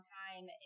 time